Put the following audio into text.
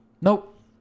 Nope